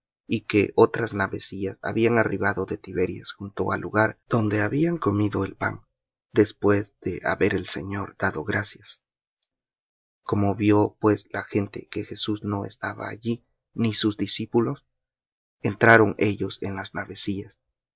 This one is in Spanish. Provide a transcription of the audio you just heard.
y que otras navecillas habían arribado de tiberias junto al lugar donde habían comido el pan después de haber el señor dado gracias como vió pues la gente que jesús no estaba allí ni sus discípulos entraron ellos en las navecillas